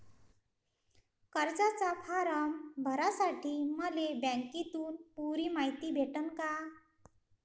कर्जाचा फारम भरासाठी मले बँकेतून पुरी मायती भेटन का?